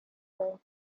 her